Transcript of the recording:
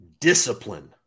discipline